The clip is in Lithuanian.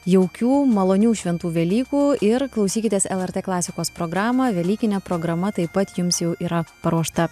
jaukių malonių šventų velykų ir klausykitės lrt klasikos programą velykinė programa taip pat jums jau yra paruošta